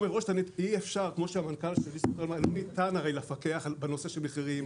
לא ניתן הרי לפקח בנושא של מחירים,